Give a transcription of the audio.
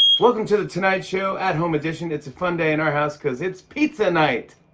welcome to the tonight show at home edition. it's a fun day in our house cause it's pizza night!